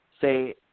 say